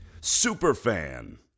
Superfan